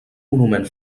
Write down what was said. monument